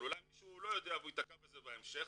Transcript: אבל אולי מישהו לא יודע והוא ייתקע בזה בהמשך,